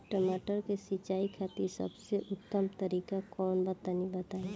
टमाटर के सिंचाई खातिर सबसे उत्तम तरीका कौंन बा तनि बताई?